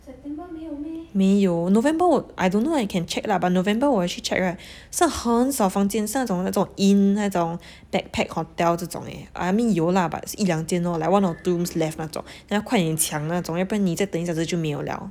没有 november 我 I don't think I can check lah but november 我有去 check right 剩很少房间剩那种那种 inn 那种 backpack hotel 这种 eh I mean 有 lah but 是一两间 lor like one or two rooms left 那种 then 要快点抢的那种要不然你再等一下就没有 liao